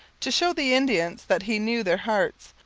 to show the indians that he knew their hearts,